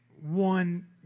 one